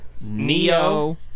Neo